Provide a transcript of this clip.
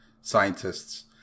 scientists